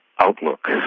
outlook